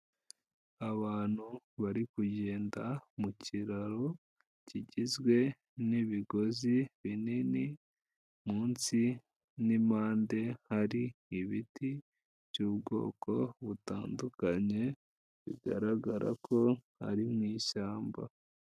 Abantu bari kugenda mu kiraro kigizwe n'ibigozi binini munsi n'impande, hari ibiti by'ubwoko butandukanye bigaragara ko ari mu ishyamba.